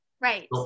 right